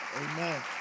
Amen